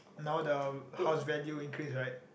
now the house value increase right